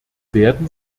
werden